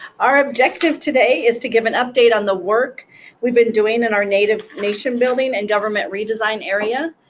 our objective today is to give an update on the work we've been doing in our native nation building and government redesign area.